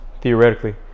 Theoretically